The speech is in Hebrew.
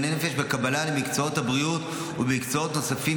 נפש בקבלה למקצועות הבריאות ובמקצועות נוספים,